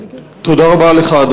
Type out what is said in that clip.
תודה רבה לך.